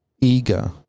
eager